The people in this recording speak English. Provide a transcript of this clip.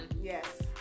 Yes